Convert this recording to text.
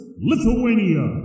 Lithuania